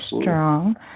strong